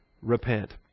repent